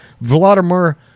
Vladimir